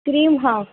cream हा